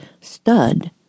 stud